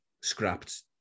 scrapped